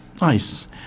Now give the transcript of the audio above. Nice